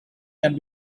can